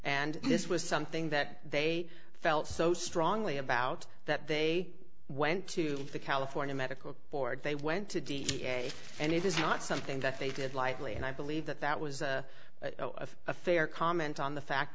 and this was something that they felt so strongly about that they went to the california medical board they went to d n a and it is not something that they did lightly and i believe that that was a of a fair comment on the fact